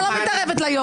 את לא צריכה להסביר להם.